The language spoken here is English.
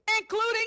including